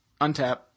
untap